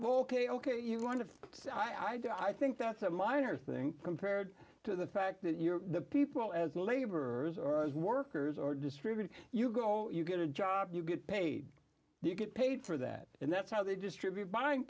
we're ok ok you want to but i think that's a minor thing compared to the fact that you're the people as laborers or as workers are distributed you go you get a job you get paid you get paid for that and that's how they distribute buying